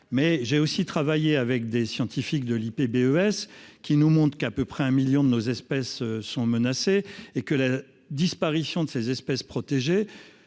Mais j'ai aussi travaillé avec des scientifiques de l'IP BES qui nous monte qu'à peu près un million de nos espèces sont menacées et que la disparition de ces espèces protégées